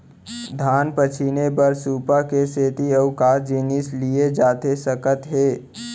धान पछिने बर सुपा के सेती अऊ का जिनिस लिए जाथे सकत हे?